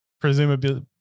presumably